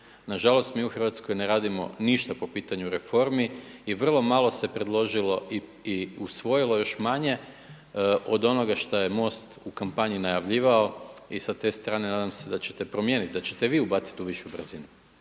Nažalost, mi u Hrvatskoj ne radimo ništa po pitanju reformi i vrlo malo se predložilo i usvojilo još manje od onoga što je MOST u kampanji najavljivao i sa te strane nadam se da ćete promijeniti, da ćete vi ubaciti u višu brzinu.